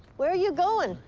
where are you going?